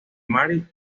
marie